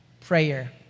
prayer